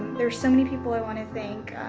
there's so many people i wanna thank,